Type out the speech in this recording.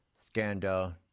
scandal